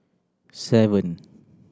seven